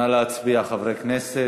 נא להצביע, חברי הכנסת.